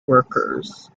workers